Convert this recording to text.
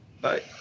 Bye